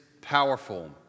powerful